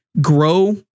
grow